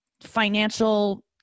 financial